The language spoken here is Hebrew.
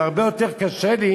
הרבה יותר קשה לי